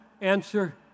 Answer